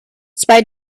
zwei